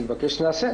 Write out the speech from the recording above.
נתבקש אז נעשה.